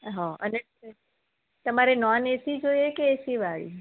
હ અને તમારે નોન એસી જોઈએ કે એસી વાળી